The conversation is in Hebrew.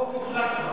הרוב מוחלט כבר.